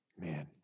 Man